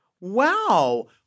Wow